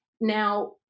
Now